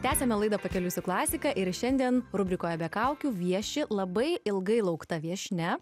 tęsiame laidą pakeliui su klasika ir šiandien rubrikoje be kaukių vieši labai ilgai laukta viešnia